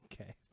Okay